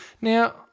Now